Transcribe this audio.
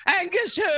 Angus